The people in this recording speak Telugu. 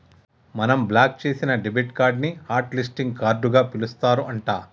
మనం బ్లాక్ చేసిన డెబిట్ కార్డు ని హట్ లిస్టింగ్ కార్డుగా పిలుస్తారు అంట